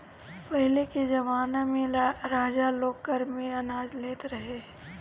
पहिले के जमाना में राजा लोग कर में अनाज लेत रहे